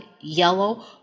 yellow